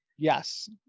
Yes